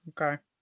Okay